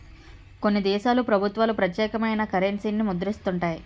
కొన్ని దేశాల ప్రభుత్వాలు ప్రత్యేకమైన కరెన్సీని ముద్రిస్తుంటాయి